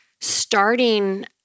Starting